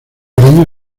año